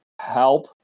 help